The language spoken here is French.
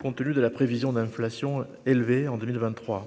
compte tenu de la prévision d'inflation élevée en 2023